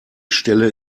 stelle